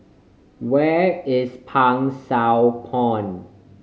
where is Pang Sua Pond